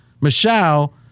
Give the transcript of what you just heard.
Michelle